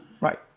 Right